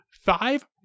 Five